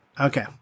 okay